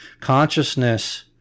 consciousness